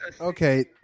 Okay